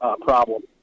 problem